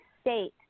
state